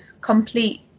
complete